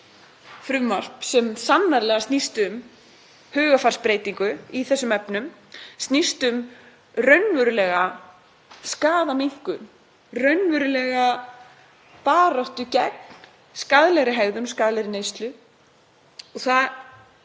frumvarp sem sannarlega snýst um hugarfarsbreytingu í þessum efnum, snýst um raunverulega skaðaminnkun, raunverulega baráttu gegn skaðlegri hegðun og skaðlegri neyslu. Það